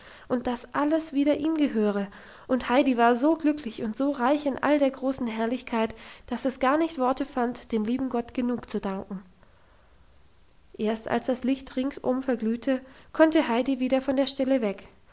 und dass alles wieder ihm gehöre und heidi war so glücklich und so reich in all der großen herrlichkeit dass es gar nicht worte fand dem lieben gott genug zu danken erst als das licht ringsum verglühte konnte heidi wieder von der stelle weg